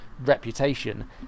reputation